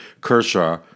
Kershaw